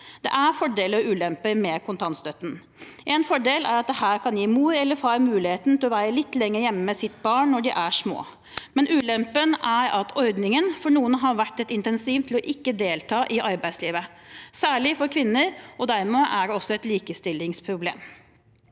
Det er fordeler og ulemper med kontantstøtten. En fordel er at det kan gi mor eller far muligheten til å være litt lenger hjemme med sine barn når de er små. Ulempen er at ordningen for noen har vært et insentiv til ikke å delta i arbeidslivet – særlig for kvinner, og dermed er det også et likestillingsproblem.